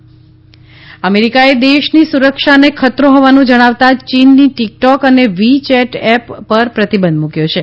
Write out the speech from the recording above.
America પ્રતિબંધ અમેરીકાએ દેશની સુરક્ષાને ખતરો હોવાનું જણાવતાં ચીનની ટીકટોક અને વી ચેટ એપ પર પ્રતિબંધ મુકયો છે